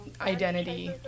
identity